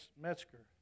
Metzger